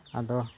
ᱟᱫᱚ